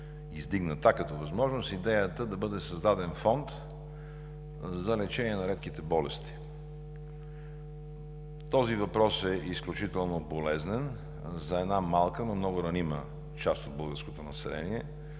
издигната като възможност идеята да бъде създаден Фонд за лечение на редките болести. Този въпрос е изключително болезнен за една малка, но много ранима част от българското население.